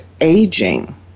aging